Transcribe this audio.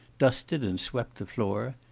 dusted and swept the floor.